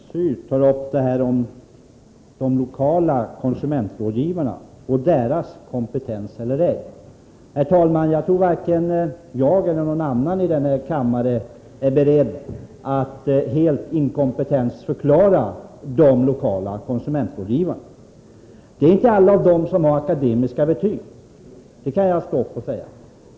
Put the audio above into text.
Herr talman! Mona Saint Cyr tar upp frågan om de lokala konsumentrådgivarna och deras kompetens. Jag tror, herr talman, att varken jag eller någon annan i denna kammare är beredd att helt inkompetensförklara de lokala konsumentrådgivarna. Det är inte alla av dem som har akademiska betyg— det kan jag stå upp och säga.